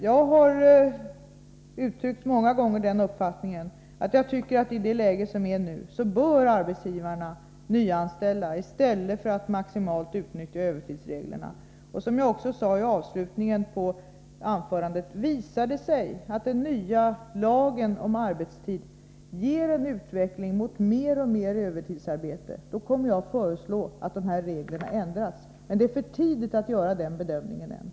Jag har många gånger uttryckt den uppfattningen att arbetsgivarna i nuvarande läge bör nyanställa i stället för att utnyttja övertidsreglerna maximalt. Som jag också sade i slutet på mitt svar: Visar det sig att den nya lagen om arbetstid ger en utveckling mot mer och mer övertidsarbete, kommer jag att föreslå att reglerna ändras. Men det är för tidigt att göra den bedömningen nu.